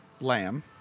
Lamb